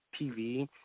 TV